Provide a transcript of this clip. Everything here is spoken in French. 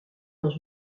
dans